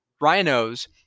rhinos